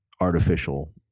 artificial